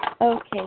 Okay